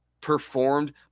performed